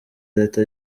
leta